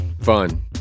fun